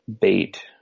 bait